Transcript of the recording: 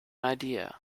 idea